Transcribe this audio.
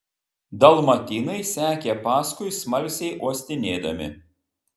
dalmatinai sekė paskui smalsiai uostinėdami